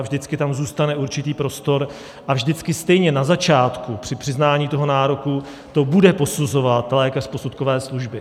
Vždycky tam zůstane určitý prostor a vždycky stejně na začátku při přiznání toho nároku to bude posuzovat lékař posudkové služby.